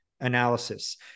analysis